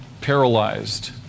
Paralyzed